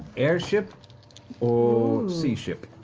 airship or sea ship?